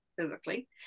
physically